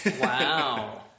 Wow